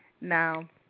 Now